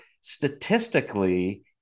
statistically